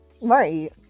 Right